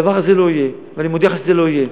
הדבר הזה לא יהיה, ואני מודיע לך שזה לא יהיה.